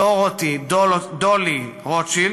דורותי דולי רוטשילד,